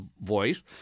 voice